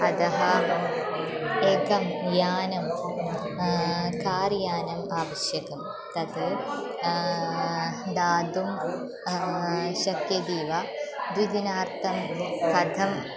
अतः एकं यानं कार् यानम् आवश्यकं तत् दातुं शक्यते वा द्विदिनाथं कथम्